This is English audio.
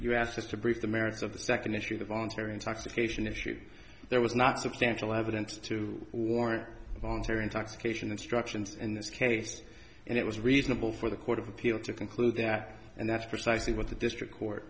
s has to brief the merits of the second issue the voluntary intoxication issue there was not substantial evidence to warrant intoxication instructions in this case and it was reasonable for the court of appeal to conclude that and that's precisely what the district court